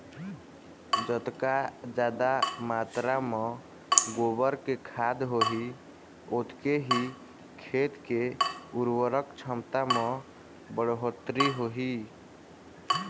जतका जादा मातरा म गोबर के खाद होही ओतके ही खेत के उरवरक छमता म बड़होत्तरी होही